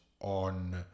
on